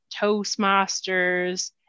Toastmasters